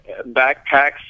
backpacks